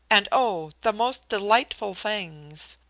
and, oh, the most delightful things!